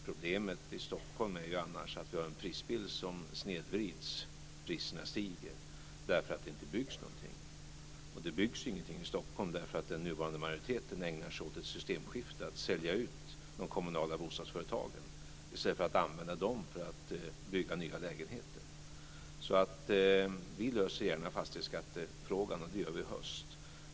Problemet i Stockholm är ju annars att vi har en prisbild som snedvrids och priserna stiger därför att det inte byggs någonting. Det byggs ingenting i Stockholm därför att den nuvarande majoriteten ägnar sig åt ett systemskifte. Man säljer ut de kommunala bostadsföretagen i stället för att använda dem för att bygga nya lägenheter. Vi löser gärna frågan om fastighetsskatten, och det gör vi i höst.